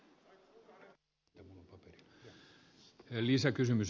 arvoisa puhemies